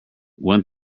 one